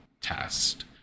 test